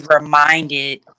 reminded